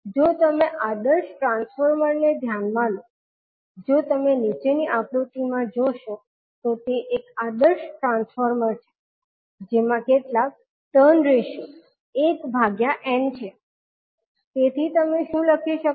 જો તમે આદર્શ ટ્રાન્સફોર્મર ને ધ્યાનમાં લો જો તમે નીચેની આકૃતિમાં જોશો તો તે એક આદર્શ ટ્રાન્સફોર્મર છે જેમાં કેટલાક ટર્ન રેશિયો 1 ભાગ્યા n છે તેથી તમે શું લખી શકો